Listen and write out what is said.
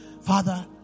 Father